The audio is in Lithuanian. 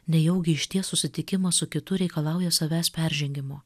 nejaugi išties susitikimas su kitu reikalauja savęs peržengimo